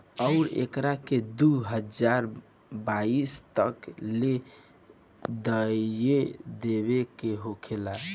अउरु एकरा के दू हज़ार बाईस तक ले देइयो देवे के होखी